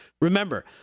Remember